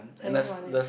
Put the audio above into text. hanging on it